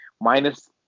minus